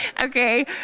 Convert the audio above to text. Okay